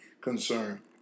concern